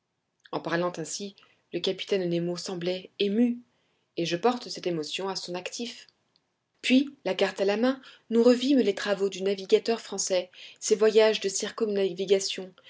en parlant ainsi le capitaine nemo semblait ému et je porte cette émotion à son actif puis la carte à la main nous revîmes les travaux du navigateur français ses voyages de